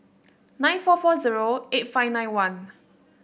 nine four four zero eight five nine one